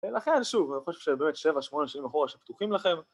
לכן, שוב, אני חושב שבאמת 7-8 שנים אחורה שפתוחים לכם